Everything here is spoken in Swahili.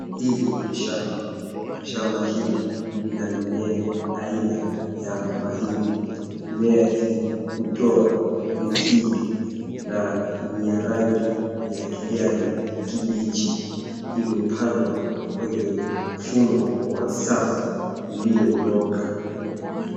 Hili ni shamba kubwa. Shamba hili lina mimea aina ya mahindi .Mimea hii hutoa mihindi na ni ya rangi ya kijani kibichi. Imepandwa kwenye mfumo wa safu iliyonyooka.